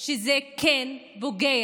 זה שזה כן פוגע,